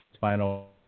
final